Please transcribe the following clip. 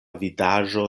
vidaĵo